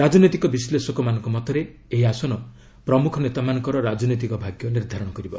ରାଜନୈତିକ ବିଶ୍ଳେଷକମାନଙ୍କ ମତରେ ଏହି ଆସନ ପ୍ରମୁଖ ନେତାମାନଙ୍କର ରାଜନୈତିକ ଭାଗ୍ୟ ନିର୍ଦ୍ଧାରଣ କରିବ